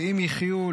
ואם יחיו,